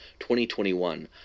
2021